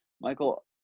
Michael